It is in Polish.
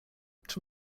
czy